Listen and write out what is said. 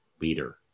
leader